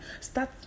Start